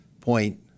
point